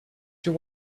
your